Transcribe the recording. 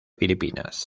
filipinas